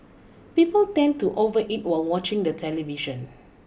people tend to overeat while watching the television